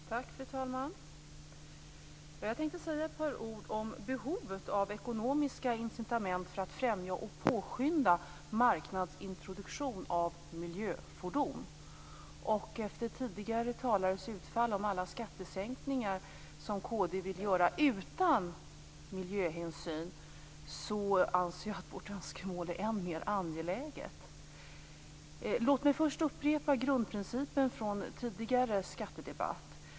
Fru talman! Jag tänkte säga ett par ord om behovet av ekonomiska incitament för att främja och påskynda marknadsintroduktion av miljöfordon. Efter tidigare talares utfall om alla skattesänkningar som kd vill göra utan miljöhänsyn anser jag att vårt önskemål är än mer angeläget. Låt mig först upprepa grundprincipen från tidigare skattedebatt.